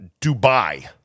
Dubai